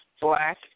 black